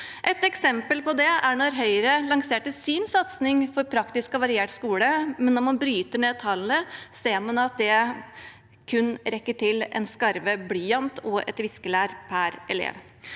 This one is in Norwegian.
Et eksempel på det er da Høyre lanserte sin satsing på en praktisk og variert skole. Når man bryter ned tallene, ser man at det kun rekker til en skarve blyant og et viskelær per elev.